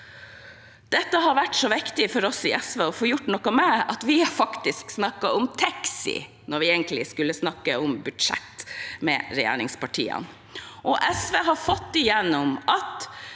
Dette har vært så viktig for oss i SV å få gjort noe med at vi faktisk har snakket om taxi når vi egentlig skulle snakke om budsjett med regjeringspartiene. Og SV har fått igjennom at